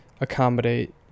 accommodate